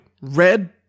Red